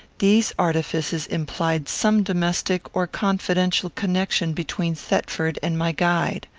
these artifices implied some domestic or confidential connection between thetford and my guide.